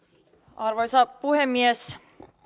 arvoisa puhemies